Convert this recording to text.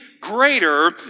greater